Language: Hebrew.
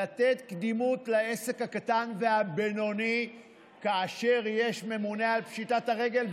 לתת קדימות לעסק הקטן והבינוני כאשר יש ממונה על פשיטת הרגל,